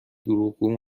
دروغگو